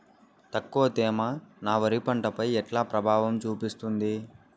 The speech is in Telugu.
తక్కువ తేమ నా వరి పంట పై ఎట్లా ప్రభావం చూపిస్తుంది?